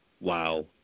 Wow